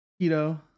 keto